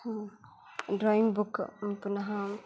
drawing book पुन